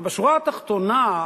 בשורה התחתונה,